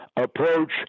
approach